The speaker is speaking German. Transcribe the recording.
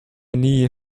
nie